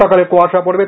সকালে কুয়াশা পড়বে